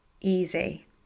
easy